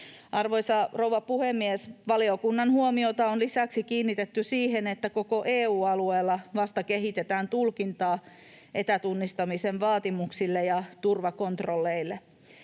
Arvoisa rouva puhemies! Valiokunnan huomiota on lisäksi kiinnitetty siihen, että koko EU-alueella vasta kehitetään tulkintaa etätunnistamisen vaatimuksille ja turvakontrolleille.